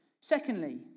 Secondly